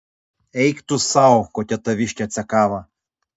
eik tu sau kokia taviškė cekava